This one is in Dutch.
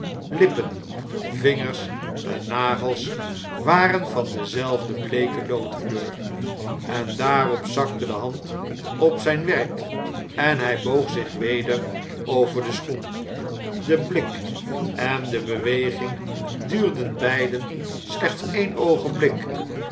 lippen vingers en nagels waren van dezelfde bleeke loodkleur en daarop zakte de hand op zn'n werk en hjj boog zich weder over den schoen de blik en de beweging duurden beiden slechts een oogenblik